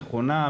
נכונה,